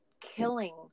killing